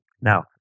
Now